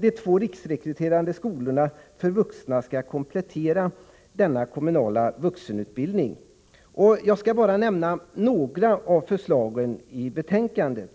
De två riksrekryterande skolorna för vuxna skall komplettera denna kommunala vuxenutbildning. Jag skall bara nämna några av förslagen i betänkandet.